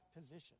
position